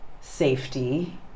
safety